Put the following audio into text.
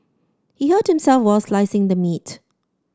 he hurt himself while slicing the meat